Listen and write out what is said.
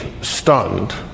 stunned